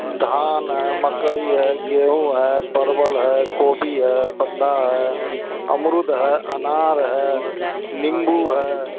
धन है मकई है गेहूँ है परवल है गोभी है बंधा है अमरूद है अनार है नींबू है